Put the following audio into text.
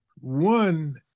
One